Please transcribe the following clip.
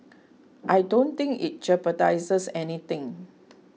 I don't think it jeopardises anything